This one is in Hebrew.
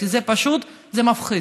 כי זה פשוט מפחיד,